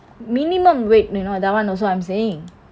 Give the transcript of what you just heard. minimum wait you know that [one] also I'm saying